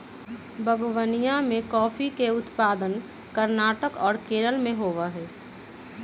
बागवनीया में कॉफीया के उत्पादन कर्नाटक और केरल में होबा हई